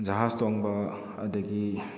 ꯖꯍꯥꯖ ꯇꯣꯡꯕ ꯑꯗꯒꯤ